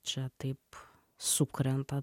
čia taip sukrenta